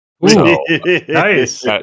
Nice